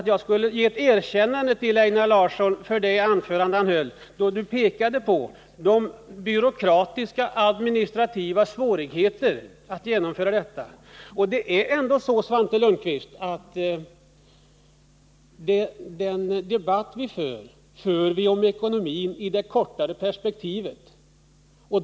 Jag skall ge ett erkännande till Einar Larsson för det anförande som han höll och vari han pekade på de byråkratiska och administrativa svårigheterna härvidlag. Den debatt som vi för, Svante Lundkvist. för vi om ekonomin i det kortare perspektivet.